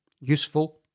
useful